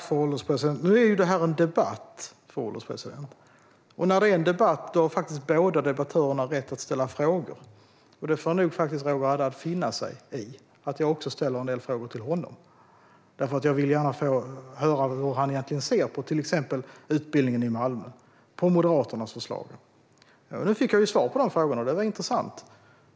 Fru ålderspresident! Nu är detta en debatt. När det är en debatt har båda debattörerna rätt att ställa frågor. Roger Haddad får nog finna sig i att jag också ställer en del frågor till honom. Jag vill gärna höra hur han egentligen ser på till exempel utbildningen i Malmö och Moderaternas förslag. Nu fick jag svar på de frågorna, och det var intressant.